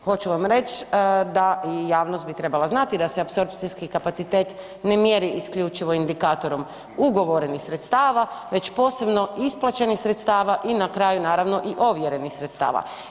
Hoću vam reći da javnost bi trebala znati da se apsorpcijski kapacitet ne mjeri isključivo indikatorom ugovorenih sredstava već posebno isplaćenih sredstava i na kraju naravno i ovjerenih sredstava.